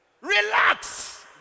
Relax